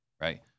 right